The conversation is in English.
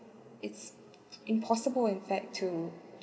it's impossible in fact to